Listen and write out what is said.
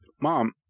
mom